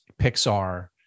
Pixar